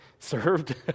Served